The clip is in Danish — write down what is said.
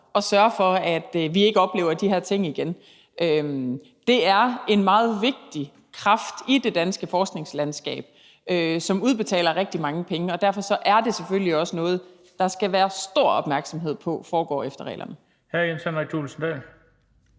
at sørge for, at vi ikke oplever de her ting igen. Fonden er en meget vigtig kraft i det danske forskningslandskab, som udbetaler rigtig mange penge, og derfor er det selvfølgelig også noget, hvor der skal være stor opmærksomhed på, at det foregår efter reglerne. Kl. 16:39 Den fg.